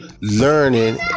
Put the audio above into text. Learning